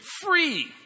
free